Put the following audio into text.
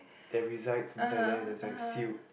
that resides inside there that's like sealed